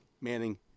Manning